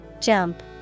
Jump